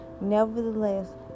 nevertheless